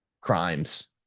crimes